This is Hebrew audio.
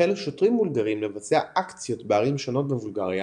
החלו שוטרים בולגרים לבצע אקציות בערים שונות בבולגריה